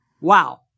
Wow